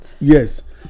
yes